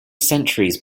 centuries